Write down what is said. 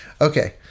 Okay